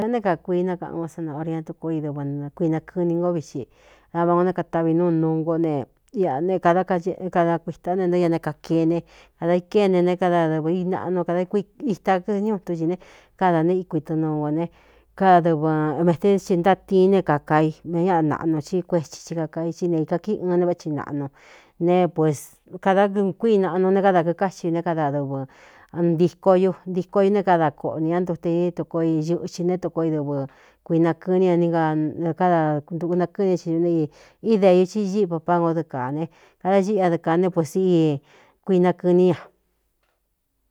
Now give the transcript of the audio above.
Né kakuii nákaꞌan o sana o rién tuko i dɨvɨ kuina kɨni ngó viꞌxi dava ō né kataꞌvi núu nuu ngó ne ꞌ ne kādá kada kuītá ne ntó ña né kāke ne kadā ikéne ne kadadɨvɨ inaꞌnu kada kita kɨni uitun cī ne kadā ne íkuitɨnuu ngō ne kádadɨvɨ meté thɨ ntátiin ne kāka i meé ñáꞌa naꞌnu tí kuéti i kaka i tí ne īka kíi ɨɨn né váꞌthi naꞌnu ne pu kada kuíi naꞌnu né káda kikáxi u né kadadɨvɨ ntiko u ntīko u né kada koꞌnī á ntute iní tukoo i ñɨꞌxhi ne tuko i dɨvɨ kuina kɨn ni ña akada ntuunakɨ́ni é iñū ne i ídeiu hí íꞌi pāpáꞌ n ó dɨ kāa ne kada ñíꞌi adɨ kāa né pues i kuina kɨní ña.